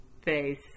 face